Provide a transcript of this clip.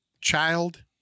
child